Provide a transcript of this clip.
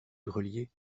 grelier